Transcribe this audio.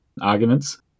arguments